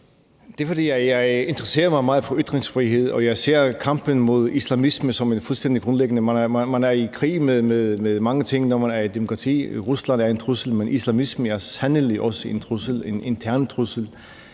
Det er, fordi jeg interesserer mig meget for ytringsfrihed, og jeg ser kampen mod islamisme som en fuldstændig grundlæggende kamp. Man er i krig med mange ting, når man er et demokrati. Rusland er en trussel, men islamismen er sandelig også en trussel, en intern trussel.